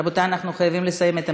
רבותיי, אנחנו חייבים לסיים את המליאה.